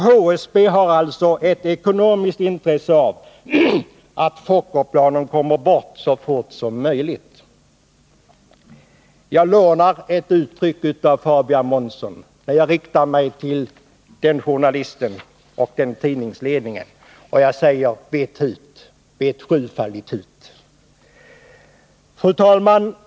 HSB har alltså ett ekonomiskt intresse av att Fokkerplanen kommer bort så fort som möjligt.” Jag lånar ett uttryck av Fabian Månsson när jag riktar mig till journalisten och tidningsledningen: Vet hut, vet sjudubbelt hut! Fru talman!